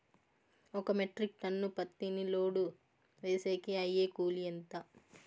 ఒక metric tonne పత్తిని load వేసేకి అయ్యే కూలి ఎంత?